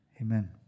Amen